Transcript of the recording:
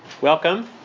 Welcome